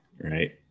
right